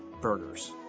burgers